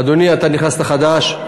אדוני, אתה נכנסת חדש,